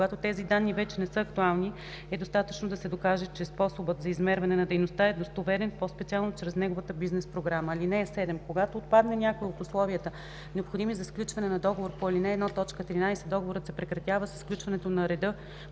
когато тези данни вече не са актуални, е достатъчно да се докаже, че способът за измерване на дейността е достоверен, по-специално чрез неговата бизнес програма. (7) Когато отпадне някое от условията, необходими за сключване на договор по ал. 1, т. 13, договорът се прекратява със сключването по реда